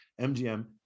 mgm